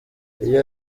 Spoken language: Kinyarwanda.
iyo